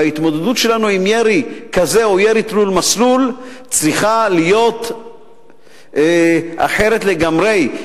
וההתמודדות שלנו עם ירי כזה או ירי תלול-מסלול צריכה להיות אחרת לגמרי,